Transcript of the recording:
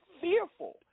fearful